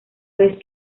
vez